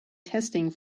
testing